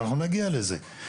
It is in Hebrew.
ואנחנו נגיע לזה,